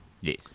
Yes